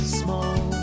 small